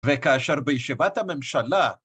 וכאשר בישיבת הממשלה.